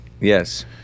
Yes